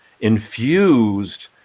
infused